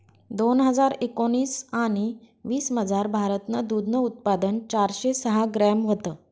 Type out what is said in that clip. दोन हजार एकोणाविस आणि वीसमझार, भारतनं दूधनं उत्पादन चारशे सहा ग्रॅम व्हतं